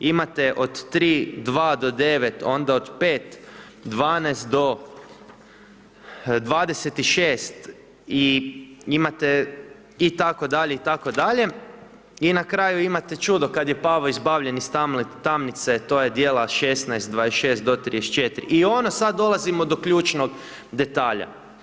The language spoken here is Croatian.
Imate od 3.2. do 9. onda od 5.12. do 26. i imate itd. itd. i na kraju imate čudo kad je Pavao izbavljen iz tamnice to je djela 16.26. do 34 i ono sad dolazimo do ključnog detalja.